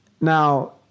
Now